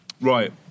Right